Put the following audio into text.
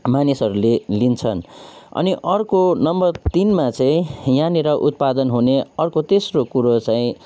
मानिसहरूले लिन्छन् अनि अर्को नम्बर तिनमा चाहिँ यहाँनिर उत्पादन हुने अर्को तेस्रो कुरो चाहिँ